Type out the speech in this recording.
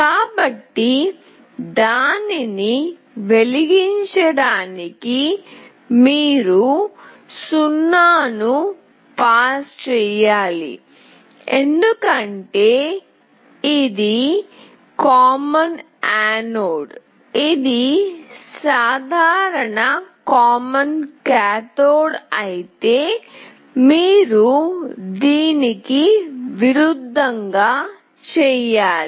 కాబట్టి దానిని వెలిగించటానికి మీరు 0 ను పాస్ చేయాలి ఎందుకంటే ఇది సాధారణ యానోడ్ ఇది సాధారణ కాథోడ్ అయితే మీరు దీనికి విరుద్ధంగా చేయాలి